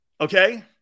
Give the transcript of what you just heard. Okay